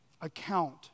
account